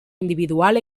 individual